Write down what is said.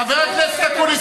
חבר הכנסת אקוניס,